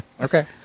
Okay